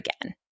again